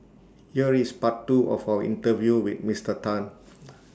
here is part two of our interview with Mister Tan